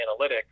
analytics